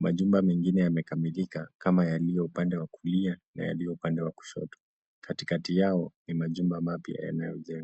Majumba mengine yamekamilika kama yaliyo upande wa kulia na yaliyo upande wa kushoto. Katikati yao ni majumba mapya yanayojengwa.